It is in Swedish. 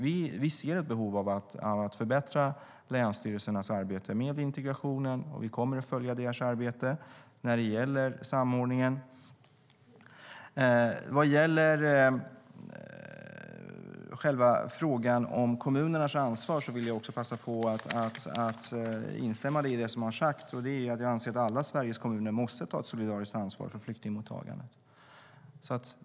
Vi ser ett behov av att förbättra länsstyrelsernas arbete med integrationen, och vi kommer att följa deras arbete när det gäller samordningen. När det gäller frågan om kommunernas ansvar vill jag passa på att instämma i det som har sagts. Jag anser att alla Sveriges kommuner måste ta ett solidariskt ansvar för flyktingmottagandet.